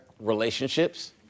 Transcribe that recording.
Relationships